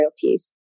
piece